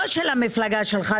לא של המפלגה שלך.